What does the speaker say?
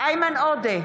איימן עודה,